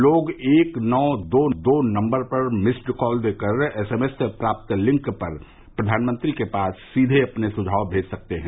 लोग एक नौ दो दो नम्बर पर मिस्ड कॉल देकर एसएमएस से प्राप्त लिंक पर प्रधानमंत्री के पास सीधे अपने सुझाव भेज सकते हैं